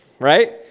right